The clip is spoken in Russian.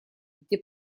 где